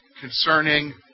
concerning